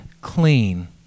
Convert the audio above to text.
clean